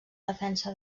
defensa